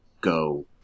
go